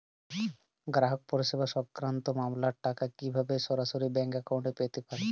গ্রাহক পরিষেবা সংক্রান্ত মামলার টাকা কীভাবে সরাসরি ব্যাংক অ্যাকাউন্টে পেতে পারি?